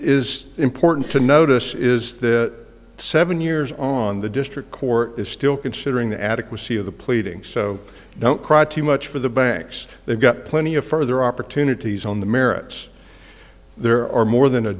is important to notice is that seven years on the district court is still considering the adequacy of the pleadings so don't cry too much for the banks they've got plenty of further opportunities on the merits there are more than a